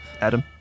Adam